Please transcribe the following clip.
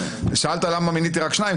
שאלת למה מיניתי רק שניים,